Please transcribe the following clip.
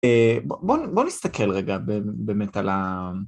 בואו נסתכל רגע באמת על ה...